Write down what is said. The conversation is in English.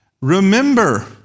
remember